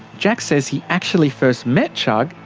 jack says he actually first met chugg,